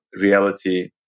reality